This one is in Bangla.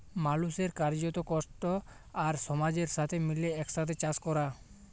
মালুসের কার্যত, কষ্ট আর সমাজের সাথে মিলে একসাথে চাস ক্যরা